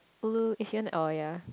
blue if you want oh ya